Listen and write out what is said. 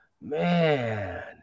man